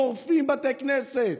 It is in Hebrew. שורפים בתי כנסת,